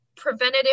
preventative